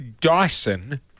Dyson